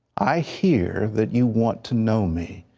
i hear that you want to know me,